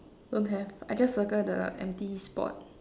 don't have I just circle the empty spot